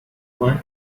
want